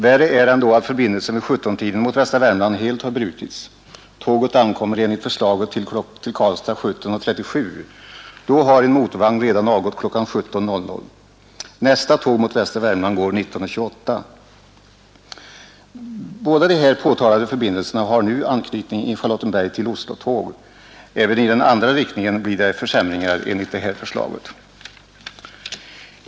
Värre är ändå att förbindelsen vid 17-tiden mot västra Värmland helt har brutits. Tåget ankommer enligt förslaget till Karlstad 17.37, och då har en motorvagn redan avgått kl. 17.00. Nästa tåg mot västra Värmland går 19.28. Båda de här påtalade förbindelserna har nu anknytning i Charlottenberg till Oslotåg. Även i den andra riktningen blir det försämringar enligt det här förslaget.